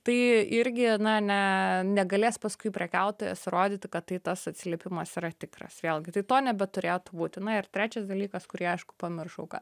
tai irgi na ne negalės paskui prekiautojas rodyti kad tai tas atsiliepimas yra tikras vėlgi tai to nebeturėtų būti na ir trečias dalykas kurį aišku pamiršau ką